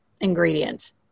ingredient